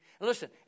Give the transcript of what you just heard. Listen